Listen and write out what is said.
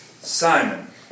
Simon